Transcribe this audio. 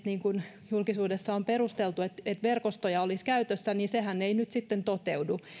niin kuin julkisuudessa on perusteltu että että verkostoja olisi käytössä niin sehän ei nyt sitten toteudu